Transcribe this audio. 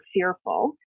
fearful